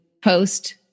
post